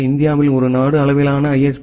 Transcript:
எனவே இந்தியாவில் ஒரு நாடு அளவிலான ஐ